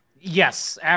Yes